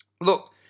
Look